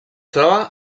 troba